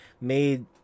made